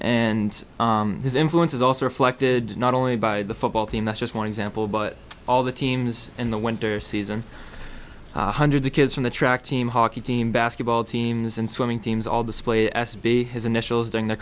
and his influence is also reflected not only by the football team not just one example but all the teams in the winter season hundreds of kids from the track team hockey team basketball teams and swimming teams all display s b his initials during the